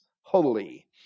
holy